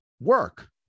work